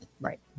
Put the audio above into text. Right